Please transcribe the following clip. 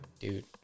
Dude